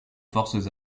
forces